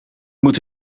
moet